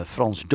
Frans